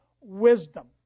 wisdom